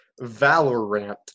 Valorant